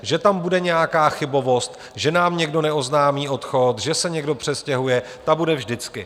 Že tam bude nějaká chybovost že nám někdo neoznámí odchod, že se někdo přestěhuje ta bude vždycky.